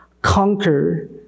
conquer